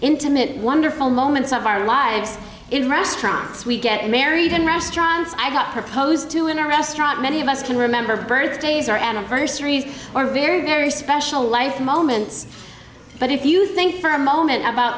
intimate wonderful moments of our lives in restaurants we get married in restaurants i got proposed to in our restaurant many of us can remember birthdays or anniversaries or very very special life moments but if you think for a moment about